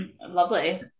lovely